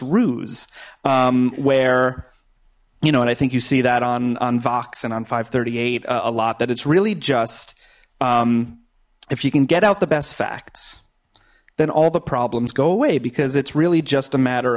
ruse where you know and i think you see that on on vox and on five hundred and thirty eight a lot that it's really just if you can get out the best facts then all the problems go away because it's really just a matter